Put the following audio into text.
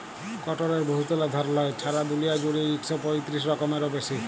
কটলের বহুতলা ধরল হ্যয়, ছারা দুলিয়া জুইড়ে ইক শ পঁয়তিরিশ রকমেরও বেশি